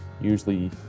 usually